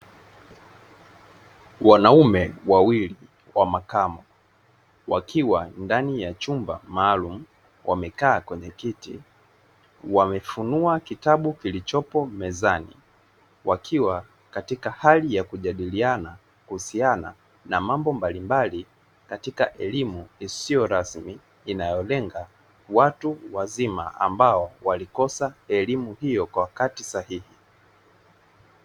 Wanaume wawili wa makamo wakiwa ndani ya chumba maalumu wamekaa kwenye kiti wamefunua kitabu kilichopo mezani wakiwa katika hali ya kujadiliana kuhusiana na mambo mbalimbali katika elimu isiyo rasmi, inayolenga watu wazima ambao walikosa elimu hiyo kwa wakati sahihi.